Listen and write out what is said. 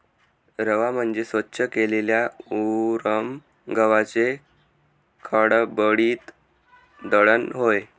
रवा म्हणजे स्वच्छ केलेल्या उरम गव्हाचे खडबडीत दळण होय